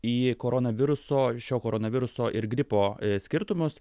į koronaviruso šio koronaviruso ir gripo skirtumus